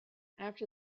after